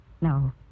no